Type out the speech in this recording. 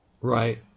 Right